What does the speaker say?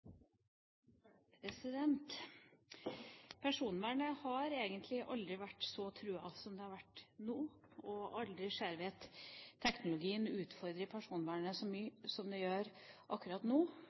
etterretning. Personvernet har egentlig aldri vært så truet som det er nå, og aldri har vi sett at teknologien utfordrer personvernet så mye som det gjør akkurat nå.